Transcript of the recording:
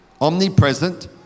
omnipresent